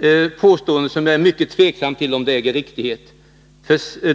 vidare mycket tveksam till om energiministerns andra påstående äger riktighet.